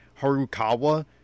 Harukawa